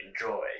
enjoy